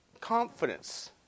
confidence